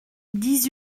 dix